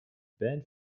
band